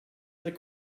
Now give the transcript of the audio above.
other